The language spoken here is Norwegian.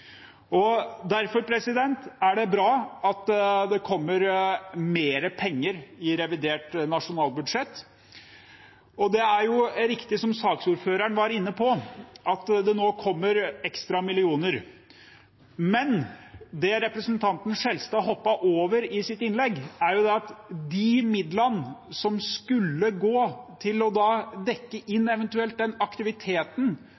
dyr. Derfor er det bra at det kommer mer penger i revidert nasjonalbudsjett. Det er riktig som saksordføreren var inne på, at det nå kommer ekstra millioner, men det representanten Skjelstad hoppet over i sitt innlegg, er at de midlene som skulle gå til eventuelt å dekke